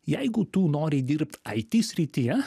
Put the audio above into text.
jeigu tu nori dirbt it srityje